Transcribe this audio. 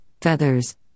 feathers